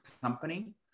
company